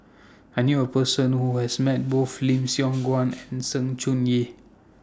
I knew A Person Who has Met Both Lim Siong Guan and Sng Choon Yee